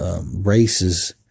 races